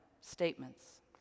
statements